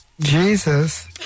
Jesus